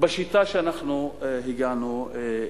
בשיטה שאנחנו הגענו אליה.